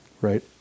right